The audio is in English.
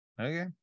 Okay